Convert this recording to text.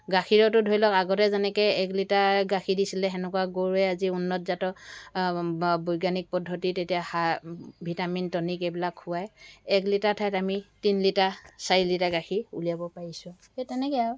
গাখীৰতো ধৰিলওক আগতে যেনেকৈ এক লিটাৰ গাখীৰ দিছিলে সেনেকুৱা গৰুৱে আজি উন্নত জাতৰ বৈজ্ঞানিক পদ্ধতিত এতিয়া সাৰ ভিটামিন টনিক এইবিলাক খোৱাই এক লিটাৰৰ ঠাইত আমি তিনি লিটাৰ চাৰি লিটাৰ গাখীৰ উলিয়াব পাৰিছোঁ সেই তেনেকৈ আৰু